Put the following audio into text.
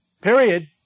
Period